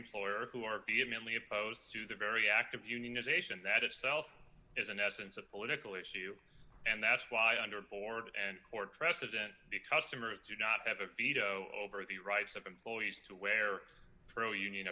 employer who are vehemently opposed to the very act of unionization that itself is in essence a political issue and that's why under board and court precedent the customers do not have a veto over the rights of employees to wear pro union